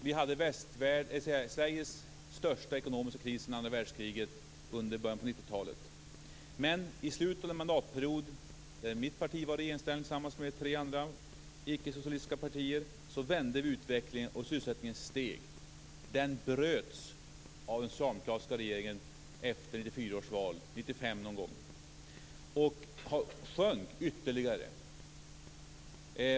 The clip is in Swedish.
Vi hade i början av 90-talet Sveriges största ekonomiska kris sedan andra världskriget, men i slutet av mandatperioden, när mitt parti var i regeringsställning tillsammans med tre andra icke-socialistiska partier, vände utvecklingen och sysselsättningen steg. Den utvecklingen bröts av den socialdemokratiska regeringen efter 1994 års val, någon gång under 1995, och sysselsättningen sjönk ytterligare.